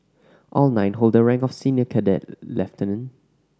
all nine hold the rank of senior cadet lieutenant